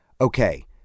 okay